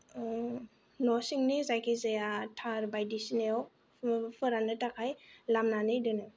न' सिंनि जायखिजाया थार बायदिसिनायाव फोराननो थाखाय लामनानै दोनो